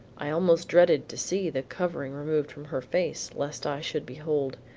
i almost dreaded to see the covering removed from her face lest i should behold,